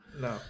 No